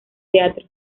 teatro